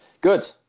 Good